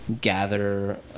gather